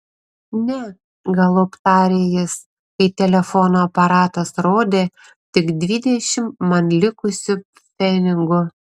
ne galop tarė jis kai telefono aparatas rodė tik dvidešimt man likusių pfenigų